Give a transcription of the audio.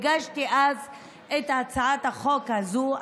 הגשתי אז את הצעת החוק הזו.